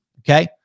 Okay